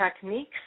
techniques